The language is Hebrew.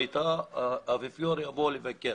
האפיפיור יבוא לבקר.